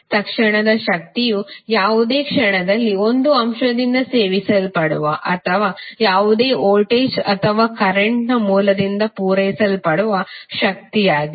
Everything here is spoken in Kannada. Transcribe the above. ತಕ್ಷಣದ ಶಕ್ತಿಯು ಯಾವುದೇ ಕ್ಷಣದಲ್ಲಿ ಒಂದು ಅಂಶದಿಂದ ಸೇವಿಸಲ್ಪಡುವ ಅಥವಾ ಯಾವುದೇ ವೋಲ್ಟೇಜ್ ಅಥವಾ ಕರೆಂಟ್ ನ ಮೂಲದಿಂದ ಪೂರೈಸಲ್ಪಡುವ ಶಕ್ತಿಯಾಗಿದೆ